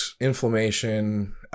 inflammation